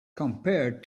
compared